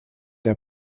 der